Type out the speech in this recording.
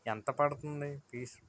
ఎంత పడుతుంది పీస్